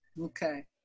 Okay